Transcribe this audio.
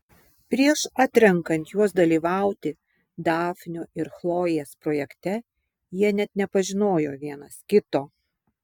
prieš atrenkant juos dalyvauti dafnio ir chlojės projekte jie net nepažinojo vienas kito